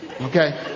okay